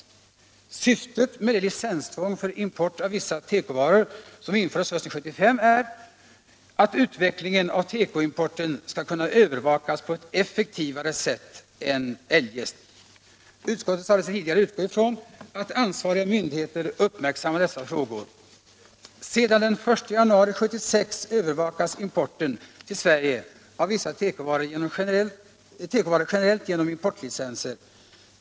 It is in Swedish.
Syftet med det licenstvång för import av vissa tekovaror som infördes hösten 1975 är, konstaterade utskottet, att utvecklingen av tekoimporten skall kunna övervakas på ett effektivare sätt än eljest. Utskottet sade sig utgå från att ansvariga myndigheter uppmärksammade dessa frågor. Sedan den 1 januari 1976 övervakas importen till Sverige av vissa tekovaror generellt genom importlicenser.